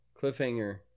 Cliffhanger